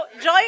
Joy